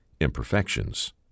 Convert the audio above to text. imperfections